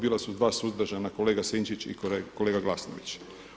Bila su dva suzdržana, kolega Sinčić i kolega Glasnović.